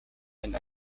and